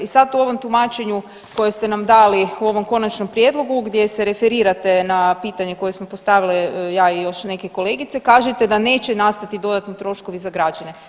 I sad u ovom tumačenju kojeg ste nam dali, u ovom konačnom prijedlogu, gdje se referirate na pitanje koje smo postavile ja i još neke kolegice, kažete da neće nastati dodatni troškovi za građane.